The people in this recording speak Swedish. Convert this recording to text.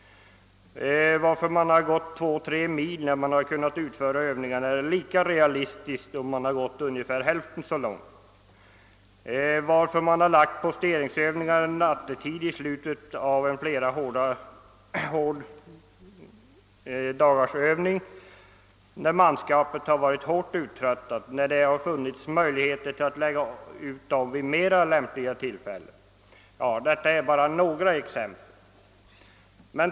Varför har marscher varit två eller tre mil långa, när man kunnat utföra Öövningarna lika realistiskt med en hälften så lång marsch? Varför har man lagt posteringsövningar nattetid i slutet på en flera dagar lång hård övning, då manskapet varit starkt uttröttat, när det hade funnits möjligheter att lägga in dessa övningar vid mer lämpliga tillfällen? Detta är bara några exempel.